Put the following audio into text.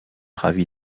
ravie